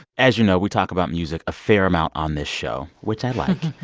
as you know, we talk about music a fair amount on this show, which i like.